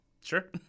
Sure